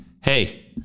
Hey